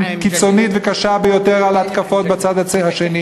קיצונית וקשה ביותר על התקפות בצד השני.